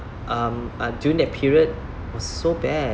um uh during that period was so bad